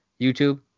YouTube